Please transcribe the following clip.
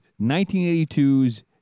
1982's